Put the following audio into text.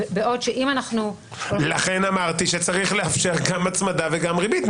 בעוד שאם אנחנו --- לכן אמרתי שצריך לאפשר גם הצמדה וגם ריבית.